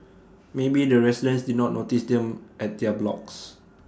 maybe the residents did not notice them at their blocks